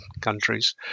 countries